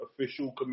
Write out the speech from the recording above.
official